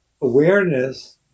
awareness